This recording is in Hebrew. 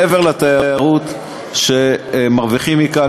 מעבר לתיירות שמרוויחים מכאן,